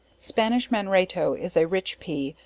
spanish manratto, is a rich pea,